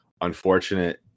unfortunate